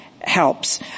helps